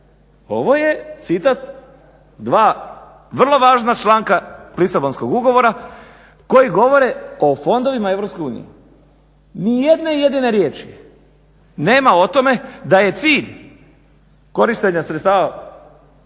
ovo je citat dva vrlo važna članka Lisabonskog ugovora koji govore o fondovima EU. Nijedne jedine riječi nema o tome da je cilj korištenja sredstava